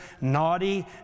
naughty